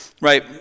right